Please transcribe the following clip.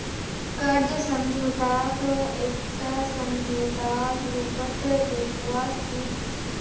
कर्ज समझौताक एकटा समझौतार रूपत देखवा सिख छी